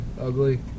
Ugly